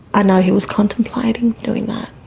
i know he was contemplating doing that.